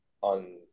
on